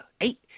Eight